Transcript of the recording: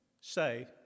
say